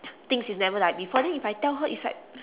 things is never like before then if I tell her is like